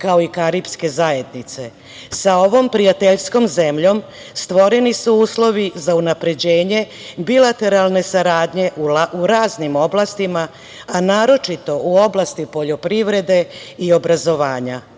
kao i karipske zajednice. Sa ovom prijateljskom zemljom stvoreni su uslovi za unapređenje bilateralne saradnje u raznim oblastima, a naročito u oblasti poljoprivrede i obrazovanja. Memorandum